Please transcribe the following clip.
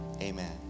Amen